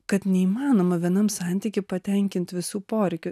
kad neįmanoma vienam santyky patenkinti visų poreikių